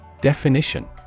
Definition